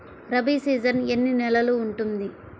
Rabi season ఎన్ని నెలలు ఉంటుంది?